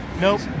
Nope